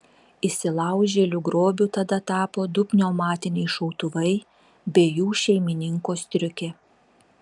įsilaužėlių grobiu tada tapo du pneumatiniai šautuvai bei jų šeimininko striukė